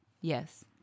Yes